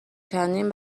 چندین